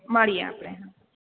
મળીએ આપણે